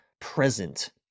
present